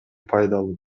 пайдалуу